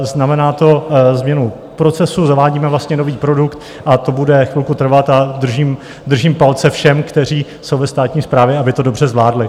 Znamená to změnu procesu, zavádíme vlastně nový produkt, a to bude chvilku trvat, a držím palce všem, kteří jsou ve státní správě, aby to dobře zvládli.